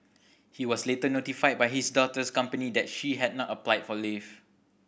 he was later notified by his daughter's company that she had not applied for leave